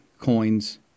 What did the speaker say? coins